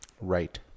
Right